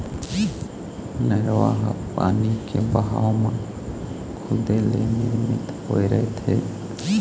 नरूवा ह पानी के बहाव म खुदे ले निरमित होए रहिथे